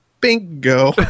bingo